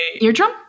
eardrum